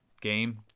game